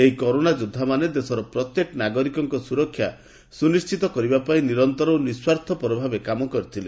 ଏହି କରୋନା ଯୋଦ୍ଧାମାନେ ଦେଶର ପ୍ରତ୍ୟେକ ନାଗରିକଙ୍କ ସୁରକ୍ଷା ସୁନିଶ୍ଚିତ କରିବାପାଇଁ ନିରନ୍ତର ଓ ନିଃସ୍ୱାର୍ଥପର ଭାବେ କାମ କରିଥିଲେ